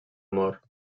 mort